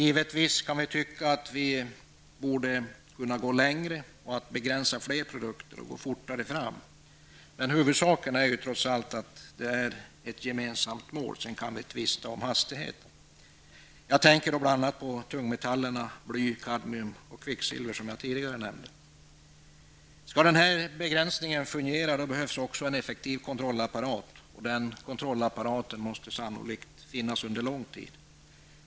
Det kan givetvis tyckas att vi borde kunna gå längre, begränsa fler produkter och gå fortare fram, men huvudsaken är trots allt att målet är gemensamt, sedan kan vi tvista om hastigheten. Jag tänker då bl.a. på tungmetallerna bly, kadmium och kvicksilver, som jag tidigare nämnde. Om denna begränsning skall fungera behövs en effektiv kontrollapparat, och den måste sannolikt finnas under lång tid.